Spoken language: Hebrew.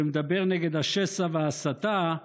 שמדבר נגד השסע וההסתה,